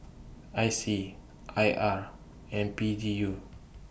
I C I R and P G U